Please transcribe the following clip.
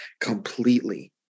completely